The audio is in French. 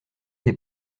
des